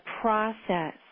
process